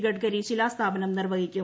ഗഡ്കരി ശിലാസ്ഥാപനം നിർവഹിക്കും